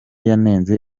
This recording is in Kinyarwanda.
yanenze